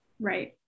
Right